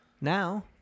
Now